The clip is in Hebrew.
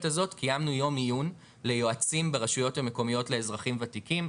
הזאת קיימנו יום עיון ליועצים ברשויות המקומיות לאזרחים וותיקים,